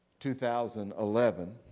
2011